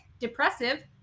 depressive